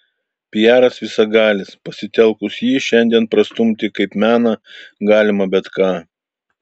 piaras visagalis pasitelkus jį šiandien prastumti kaip meną galima bet ką